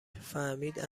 فهمید